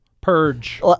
Purge